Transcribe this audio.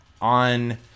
on